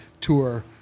tour